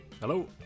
Hello